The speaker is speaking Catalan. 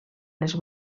les